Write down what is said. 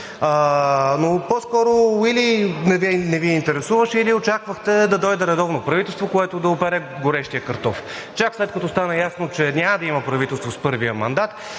но по-скоро или не Ви интересуваше, или очаквахте да дойде редовно правителство, което да обере горещия картоф. Чак след като стана ясно, че няма да има правителство с първия мандат,